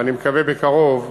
ואני מקווה בקרוב,